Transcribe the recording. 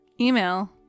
email